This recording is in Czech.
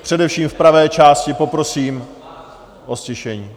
Především v pravé části poprosím o ztišení.